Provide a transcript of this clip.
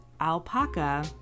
alpaca